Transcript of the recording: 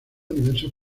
diversos